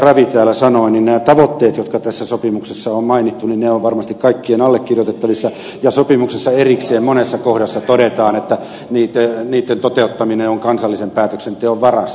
ravi täällä sanoo nämä tavoitteet jotka tässä sopimuksessa on mainittu ovat varmasti kaikkien allekirjoitettavissa ja sopimuksessa erikseen monessa kohdassa todetaan että niitten toteuttaminen on kansallisen päätöksenteon varassa